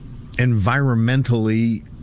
environmentally